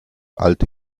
alte